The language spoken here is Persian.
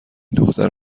دختر